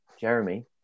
jeremy